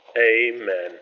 Amen